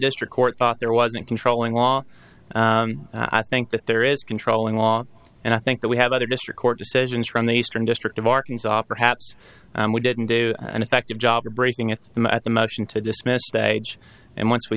district court thought there wasn't controlling law i think that there is controlling law and i think that we have other district court decisions from the eastern district of arkansas perhaps we didn't do an effective job of breaking at them at the motion to dismiss stage and once we